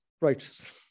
righteous